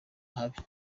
ahabi